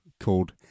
called